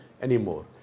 anymore